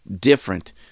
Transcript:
different